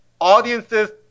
audience's